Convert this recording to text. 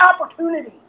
opportunities